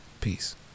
Peace